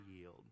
yield